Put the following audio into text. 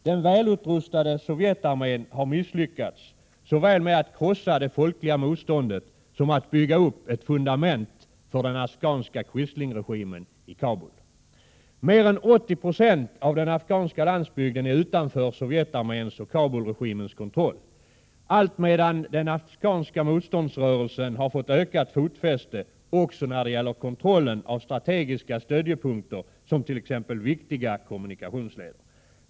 Den välutrustade Sovjetarmén har misslyckats såväl med att krossa det folkliga motståndet som med att bygga upp ett fundament för den afghanska quislingregimen i Kabul. Mer än 80 20 av den afghanska 83 landsbygden är utanför Sovjetarméns och Kabulregimens kontroll, alltmedan den afghanska motståndsrörelsen har fått ökat fotfäste också när det gäller kontrollen av strategiska stödjepunkter, t.ex. viktiga kommunikationsleder.